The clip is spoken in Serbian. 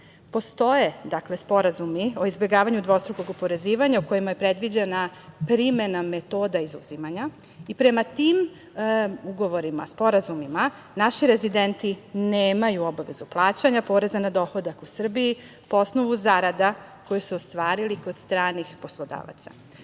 Portugal. Postoje sporazumi o izbegavanju dvostrukog oporezivanja u kojima je predviđena primena metoda izuzimanja. Prema tim ugovorima, sporazumima naši rezidenti nemaju obaveza plaćanja poreza na dohodak u Srbiji po osnovu zarada koju su ostvarili kod stranih poslodavaca